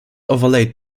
overlaid